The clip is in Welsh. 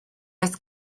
oes